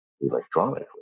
electronically